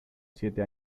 siete